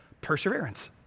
perseverance